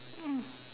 mm